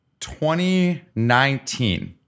2019